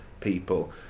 people